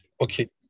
Okay